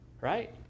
Right